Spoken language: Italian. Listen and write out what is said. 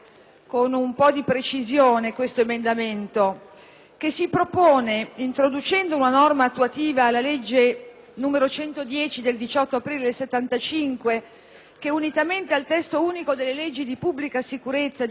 che si propone, introducendo una norma attuativa alla legge 18 aprile 1975, n. 110, che unitamente al testo unico delle leggi di pubblica sicurezza, disciplina il controllo delle armi e delle munizioni,